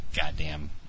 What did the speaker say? goddamn